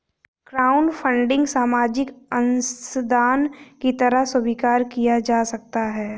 crowdfunding सामाजिक अंशदान की तरह स्वीकार किया जा सकता है